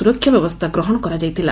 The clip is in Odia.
ସୁରକ୍ଷା ବ୍ୟବସ୍ରା ଗ୍ରହଶ କରାଯାଇଥିଲା